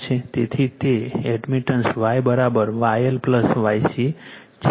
તેથી તે admittance Y YL YC છે